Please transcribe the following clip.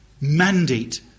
mandate